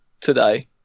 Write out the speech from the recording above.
today